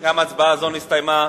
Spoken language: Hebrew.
גם הצבעה זו נסתיימה.